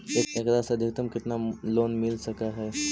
एकरा से अधिकतम केतना लोन मिल सक हइ?